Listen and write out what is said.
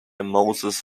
moses